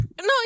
No